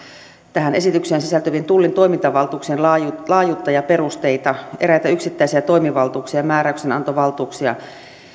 tähän esitykseen sisältyvien tullin toimintavaltuuksien laajuutta ja perusteita eräitä yksittäisiä toimivaltuuksia määräyksenantovaltuuksia